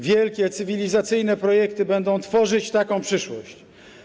Wielkie cywilizacyjne projekty będą tworzyć taką przyszłość.